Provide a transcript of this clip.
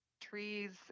trees